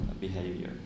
behavior